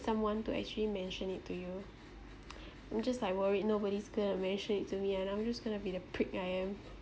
someone to actually mention it to you I'm just like worried nobody's going to mention it to me and I'm just going to be the prick I am